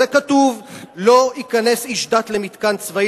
אבל זה כתוב: "לא ייכנס איש דת למתקן צבאי